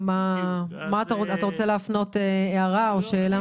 אתה רוצה להפנות שאלה או הערה?